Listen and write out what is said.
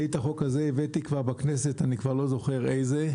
אני הבאתי את החוק הזה כבר בכנסת אני לא זוכר איזה.